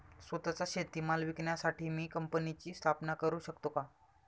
स्वत:चा शेतीमाल विकण्यासाठी मी कंपनीची स्थापना करु शकतो का?